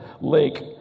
lake